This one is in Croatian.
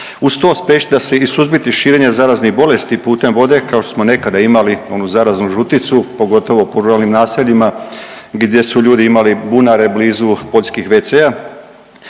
uz to spriječiti da se i suzbiti širenje zaraznih bolesti putem vode kao što smo nekada imali onu zaraznu žuticu pogotovo po ruralnim naseljima gdje su ljudi imali bunare blizu poljskih wc-a